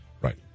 Right